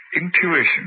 intuition